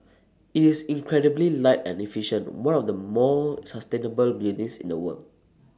IT is incredibly light and efficient one of the more sustainable buildings in the world